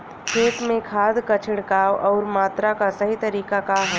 खेत में खाद क छिड़काव अउर मात्रा क सही तरीका का ह?